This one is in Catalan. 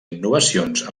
innovacions